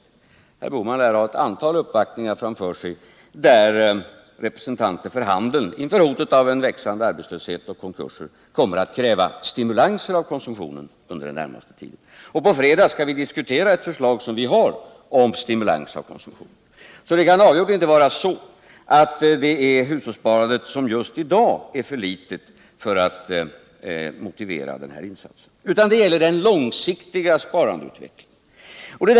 Herr Bohman lär ha ett antal uppvaktningar framför sig där representanter för handeln inför hotet av växande arbetslöshet och konkurser kommer att kräva stimulanser av konsumtionen under den närmaste tiden, och på fredagen skall vi diskutera ett förslag som vi har om stimulans av konsumtionen. Det kan alltså avgjort inte vara så att hushållssparandet just i dag är så litet att det kan motivera den här insatsen. Det gäller i stället den långsiktiga utvecklingen av sparandet.